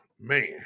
man